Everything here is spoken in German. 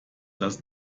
das